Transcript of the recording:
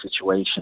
situation